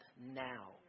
now